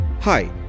Hi